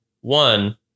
one